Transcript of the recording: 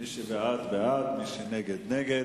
מי שבעד, בעד, מי שנגד, נגד,